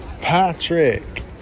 Patrick